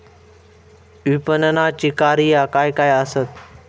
विपणनाची कार्या काय काय आसत?